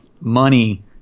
money